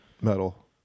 metal